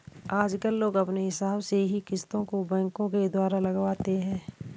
आजकल लोग अपने हिसाब से ही किस्तों को बैंकों के द्वारा लगवाते हैं